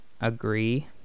agree